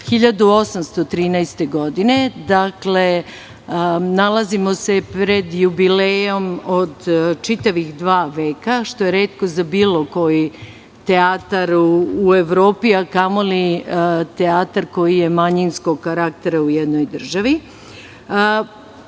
1813. godine. Dakle, nalazimo se pred jubilejom od čitavih dva veka, što je retko za bilo koji teatar u Evropi, a kamoli za teatar koji je manjinskog karaktera u jednoj državi. Zaista